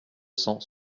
cents